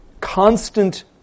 constant